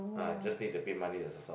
ah just need to pay money that's all